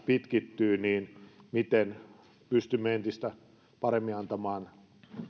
pitkittyy niin miten pystymme entistä paremmin antamaan